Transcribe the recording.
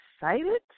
excited